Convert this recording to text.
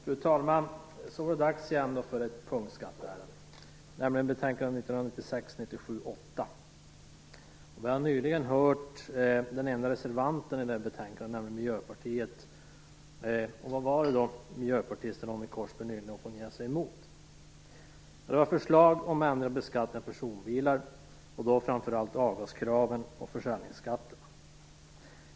Fru talman! Så var det dags igen för ett punktskatteärende, nämligen betänkande 1996/97:SkU8. Vi har nyligen hört den enda reservanten till betänkandet, nämligen Miljöpartiet. Vad var det då miljöpartisten Ronny Korsberg opponerade sig mot? Jo, det var förslag om ändrad beskattning av personbilar, och då framför allt avgaskraven och försäljningsskatten.